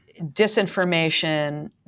disinformation